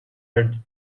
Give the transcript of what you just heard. edge